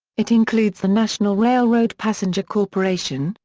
it includes the national railroad passenger corporation,